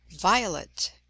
violet